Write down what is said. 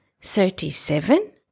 thirty-seven